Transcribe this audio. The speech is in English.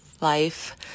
life